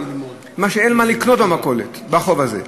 מאשר שאין מה לקנות במכולת בחוב הזה.